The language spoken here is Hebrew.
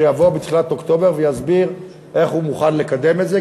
שיבוא בתחילת אוקטובר ויסביר איך הוא מוכן לקדם את זה,